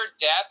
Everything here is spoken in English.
depth